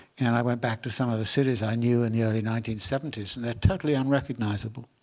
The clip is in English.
and i went back to some of the cities i knew in the early nineteen seventy s. and they're totally unrecognizable,